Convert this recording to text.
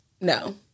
no